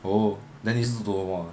oh then 你是读什么的